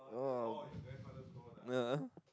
oh yeah